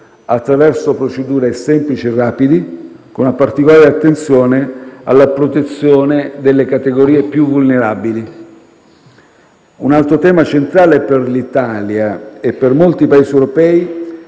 attraverso procedure semplici e rapide, con particolare attenzione alla protezione delle categorie più vulnerabili. Un altro tema centrale per l'Italia e per molti Paesi europei